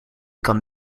kan